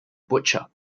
butcher